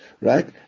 right